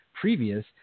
previous